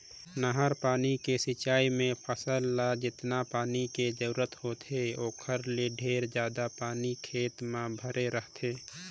नहर पानी के सिंचई मे फसल ल जेतना पानी के जरूरत होथे ओखर ले ढेरे जादा पानी खेत म भरे रहथे